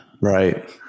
right